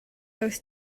does